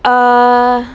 err